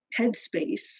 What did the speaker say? headspace